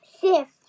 shift